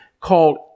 called